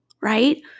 right